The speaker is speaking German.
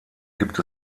gibt